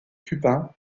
cubain